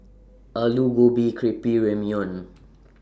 Alu Gobi Crepe Ramyeon